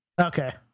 Okay